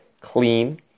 clean